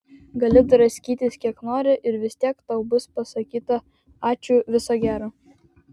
gali draskytis kiek nori ir vis tiek tau bus pasakyta ačiū viso gero